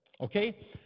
Okay